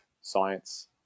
science